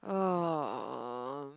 um